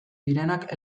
direnak